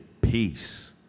peace